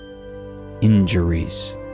injuries